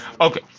Okay